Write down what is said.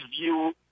view